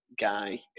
guy